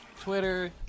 Twitter